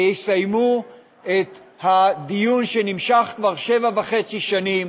ויסיימו את הדיון שנמשך כבר שבע וחצי שנים,